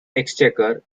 exchequer